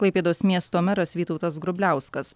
klaipėdos miesto meras vytautas grubliauskas